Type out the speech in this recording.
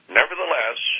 Nevertheless